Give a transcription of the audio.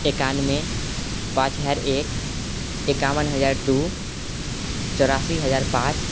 एकानबे पाँच हजार एक एकाबन हजार दू चौरासी हजार पाँच